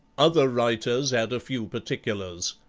other writers add a few particulars.